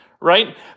right